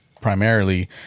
primarily